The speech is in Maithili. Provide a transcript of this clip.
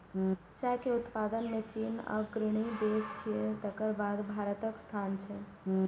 चाय के उत्पादन मे चीन अग्रणी देश छियै, तकर बाद भारतक स्थान छै